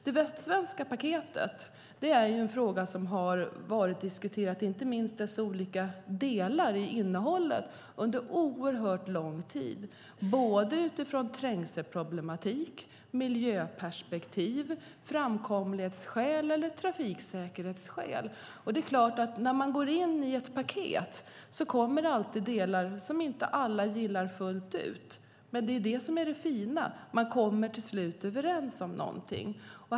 Det västsvenska paketet är en fråga som diskuterats under oerhört lång tid, inte minst innehållet i dess olika delar. Det har skett utifrån trängselproblematik, miljöperspektiv, framkomlighetsskäl och trafiksäkerhetsskäl. När man har en paketlösning finns där alltid delar som inte alla gillar fullt ut, men det fina är att man till slut kommer överens om någonting.